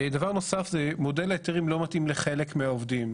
דבר נוסף הוא שמודל ההיתרים לא מתאים לחלק מהעובדים.